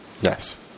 yes